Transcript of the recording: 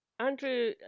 Andrew